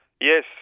Yes